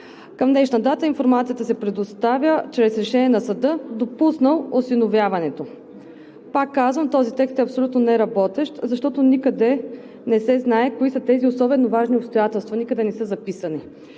Към днешна дата информацията се предоставя чрез решение на съда, допуснал осиновяването. Пак казвам, този текст е абсолютно неработещ, защото никъде не се знае кои са тези особено важни обстоятелства, никъде не са записани.